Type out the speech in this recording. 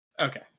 Okay